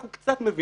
אנחנו קצת מבינים